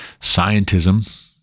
scientism